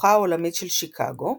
בתערוכה העולמית של שיקגו,